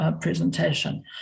presentation